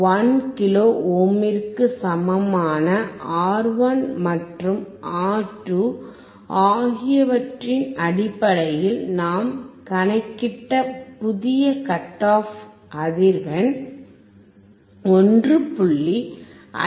1 kilo ஓமிற்கு சமமான R1 மற்றும் R 2 ஆகியவற்றின் அடிப்படையில் நாம் கணக்கிட்ட புதிய கட் ஆஃப் அதிர்வெண் 1